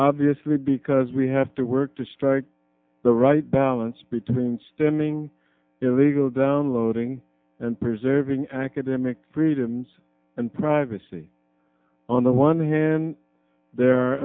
obviously because we have to work to strike the right balance between standing illegal downloading and preserving academic freedoms and privacy on the one hand there